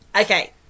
Okay